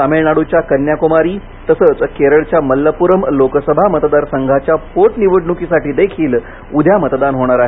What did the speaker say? तामिळनाडूच्या कन्याकुमारी तसंच केरळच्या मल्लपुरम लोकसभा मतदारसंघाच्या पोटनिवडणुकीसाठीही उद्या मतदान होणार आहे